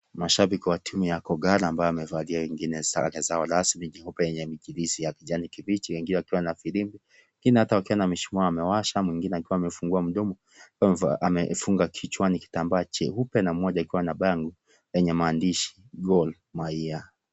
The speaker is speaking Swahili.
Mashabiki wa timu ya Kogalo ambao wamevalia wengine sare zao rasmi nyeupe yenye mijilizi ya kijani kibichi wengine wakiwa na firimbi. Wengine hata wakiwa wamesimama wamewasha na mwingine akiwa amefungua mdomo. Amevaa kichwani kitambaa cheupe na mmoja akiwa na bango yenye maandishi "Gormahia".